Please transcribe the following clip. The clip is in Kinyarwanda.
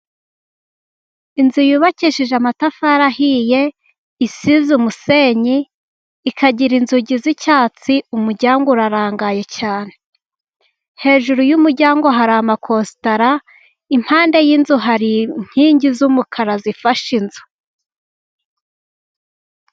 Inzu yubakishije amatafari ahiye, isize umusenyi, ikagira inzugi z'icyatsi, umuryango urarangaye cyane. Hejuru y'umuryango hari amakositara, impande y'inzu hari inkingi z'umukara zifashe inzu.